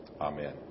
Amen